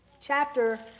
chapter